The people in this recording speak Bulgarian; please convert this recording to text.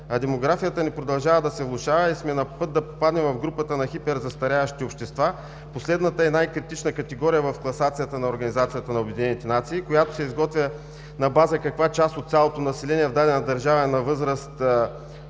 демографията ни продължава да се влошава и сме на път да попаднем в групата на хиперзастаряващите общества. Последната е най-критична категория в класацията на Организацията на обединените нации, която се изготвя на база – каква част от цялото население в дадена държава е на възраст